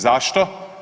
Zašto?